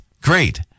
great